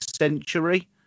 century